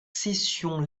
session